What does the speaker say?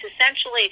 essentially